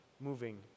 moving